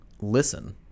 listen